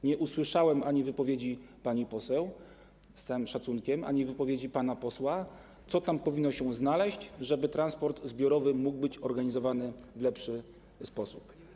Nie usłyszałem ani wypowiedzi pani poseł, z całym szacunkiem, ani wypowiedzi pana posła, co tam powinno się znaleźć, żeby transport zbiorowy mógł być organizowany w lepszy sposób.